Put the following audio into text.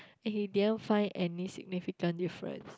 and he didn't find any significant difference